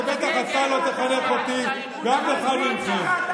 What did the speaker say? ובטח אתה לא תחנך אותי, ואף אחד מכם.